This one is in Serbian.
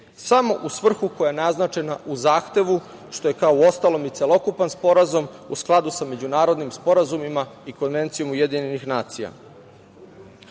samo u svrhu koja je naznačena u zahtevu, što je kao uostalom i celokupan sporazum u skladu sa međunarodnim sporazumima i Konvencijom UN.Donošenje zakona